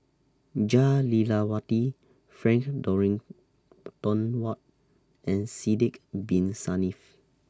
Jah Lelawati Frank Dorrington Ward and Sidek Bin Saniff